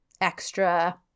extra